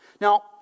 Now